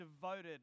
devoted